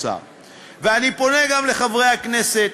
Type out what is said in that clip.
אני פונה גם לחברי הכנסת,